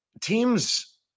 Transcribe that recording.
teams